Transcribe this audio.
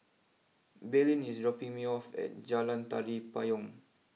Belen is dropping me off at Jalan Tari Payong